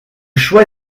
choix